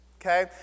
okay